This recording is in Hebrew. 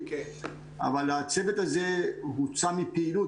אבל הצוות הזה הוצא מפעילות.